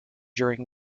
during